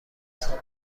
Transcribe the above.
صلاحی